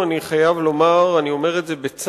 אני חייב לומר בצער,